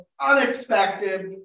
unexpected